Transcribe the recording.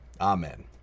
Amen